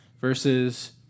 Versus